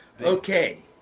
Okay